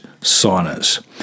saunas